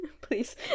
Please